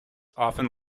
often